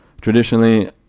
traditionally